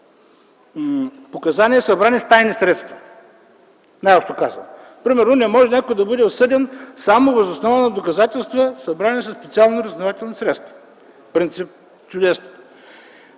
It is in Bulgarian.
показания, събрани с тайни средства, най-общо казано. Примерно не може някой да бъде осъден, само въз основа на доказателства, събрани със специални разузнавателни средства. Принцип! Чудесно!